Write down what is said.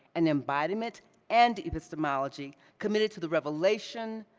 an embodiment and epistemology committed to the revelation,